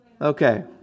Okay